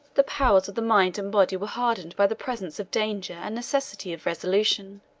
the powers of the mind and body were hardened by the presence of danger and necessity of resolution